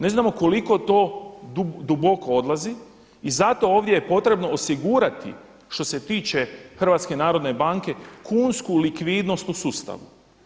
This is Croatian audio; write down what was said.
Ne znamo koliko to duboko odlazi i zato ovdje je potrebno osigurati što se tiče HNB-a kunsku likvidnost u sustavu.